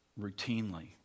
routinely